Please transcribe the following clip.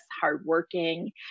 hardworking